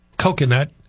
Coconut